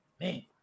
Man